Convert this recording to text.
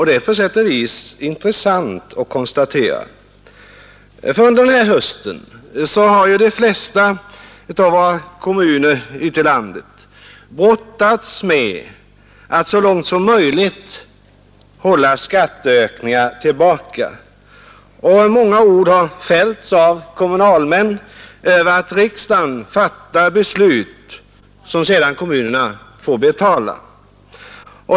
Det är på sätt och vis intressant att konstatera, ty under den här hösten har de flesta kommuner i landet brottats med att så långt som möjligt hålla skatteökningar tillbaka. Många ord har fällts av kommunalmän över att riksdagen fattar beslut som sedan kommunerna får betala.